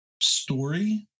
Story